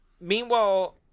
meanwhile